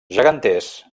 geganters